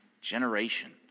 generation